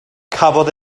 cafodd